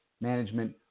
Management